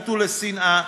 לאלימות ולשנאה,